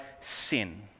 sin